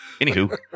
Anywho